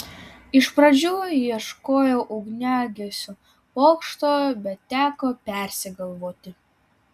iš pradžių ieškojau ugniagesių bokšto bet teko persigalvoti